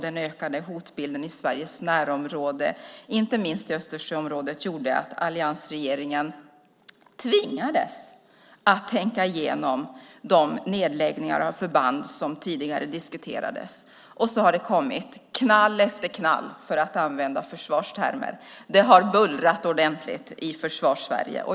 Den ökade hotbilden i Sveriges närområde, inte minst i Östersjöområdet, gjorde att alliansregeringen tvingades att tänka igenom de nedläggningar av förband som tidigare diskuterades. Och så har det kommit knall efter knall, för att använda försvarstermer. Det har bullrat ordentligt i Försvarssverige.